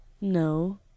no